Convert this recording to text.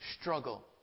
struggle